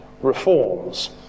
reforms